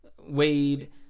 Wade